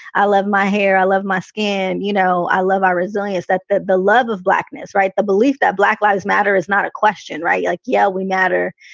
i love my hair. i love my skin. you know, i love our resilience. that's the the love of blackness. right. the belief that black lives matter is not a question. right? like yeah, we matter.